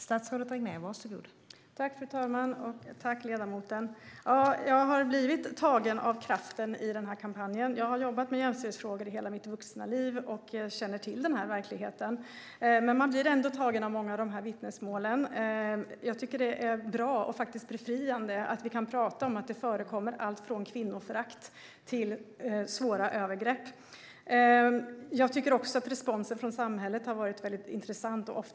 Fru talman! Tack, ledamoten! Jag har blivit tagen av kraften i den här kampanjen. Jag har jobbat med jämställdhetsfrågor i hela mitt vuxna liv och känner till verkligheten. Men man blir ändå tagen av många av vittnesmålen. Jag tycker att det är bra och faktiskt befriande att man kan prata om att det förekommer alltifrån kvinnoförakt till svåra övergrepp. Jag tycker också att responsen från samhället har varit intressant och bra.